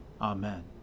Amen